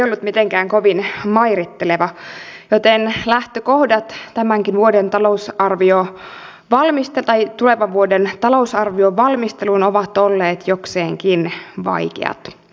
edellisten hallitusten perintö ei ollut mitenkään kovin mairitteleva joten lähtökohdat tulevan vuoden talousarvion valmisteluun ovat olleet jokseenkin vaikeat